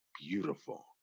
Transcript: beautiful